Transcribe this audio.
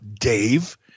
Dave